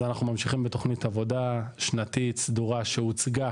אז אנחנו ממשיכים בתוכנית עבודה שנתית סדורה שהוצגה